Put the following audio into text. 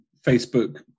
Facebook